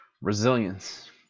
resilience